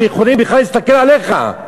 שיכולים בכלל להסתכל עליך.